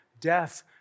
death